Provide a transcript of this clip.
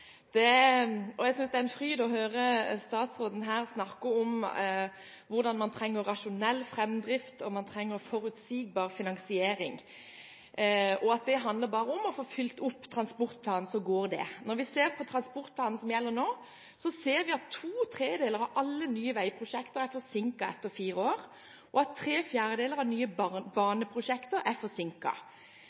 Jeg synes det er en fryd å høre statsråden her snakke om at man trenger rasjonell framdrift og forutsigbar finansiering, og at det bare handler om å få oppfylt transportplanen, så går det. Når vi ser på transportplanen som gjelder nå, ser vi at to tredjedeler av alle nye veiprosjekter er forsinket etter fire år, og at tre fjerdedeler av nye baneprosjekter er